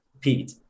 pete